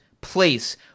place